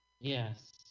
Yes